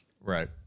Right